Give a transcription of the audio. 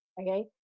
Okay